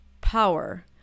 power